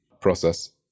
process